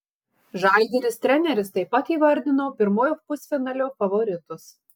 žalgiris treneris taip pat įvardino pirmojo pusfinalio favoritus